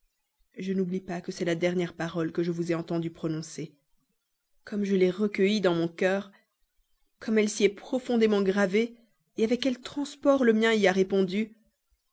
je n'oublie pas que c'est la dernière parole que je vous ai entendu prononcer comme je l'ai recueillie dans mon cœur comme elle s'y est profondément gravée avec quels transports le mien y a répondu